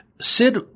Sid